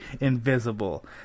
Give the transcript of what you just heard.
invisible